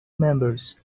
members